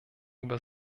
über